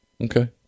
Okay